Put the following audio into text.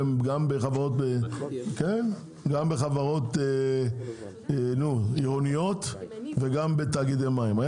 גם בחברות עירוניות וגם בתאגידי מים היה